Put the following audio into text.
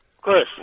Chris